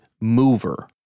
mover